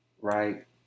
Right